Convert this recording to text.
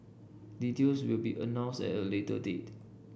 details will be announced at a later date